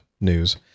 news